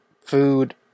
food